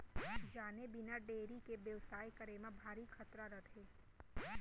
जाने बिना डेयरी के बेवसाय करे म भारी खतरा रथे